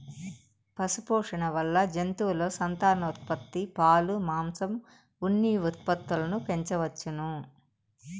పశుపోషణ వల్ల జంతువుల సంతానోత్పత్తి, పాలు, మాంసం, ఉన్ని ఉత్పత్తులను పెంచవచ్చును